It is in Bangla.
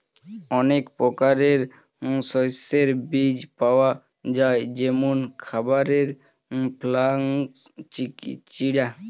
অনেক প্রকারের শস্যের বীজ পাওয়া যায় যেমন খাবারের ফ্লাক্স, চিয়া